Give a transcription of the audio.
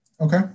Okay